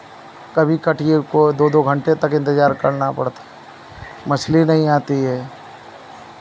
कभी कटिए को दो दो घंटे तक इंतज़ार करना पड़ता है मछली नहीं आती है